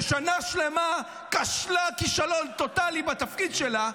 ששנה שלמה כשלה כישלון טוטלי בתפקיד שלה,